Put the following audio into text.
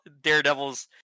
Daredevil's